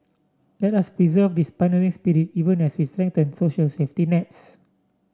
let us preserve this pioneering spirit even as we strengthen social safety nets